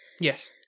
Yes